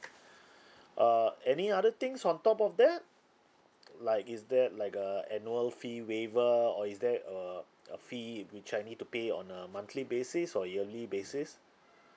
uh any other things on top of that like is there like a annual fee waiver or is there a a fee in which I need to pay on a monthly basis or yearly basis